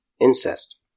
incest